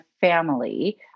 family